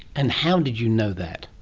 and how did you know that?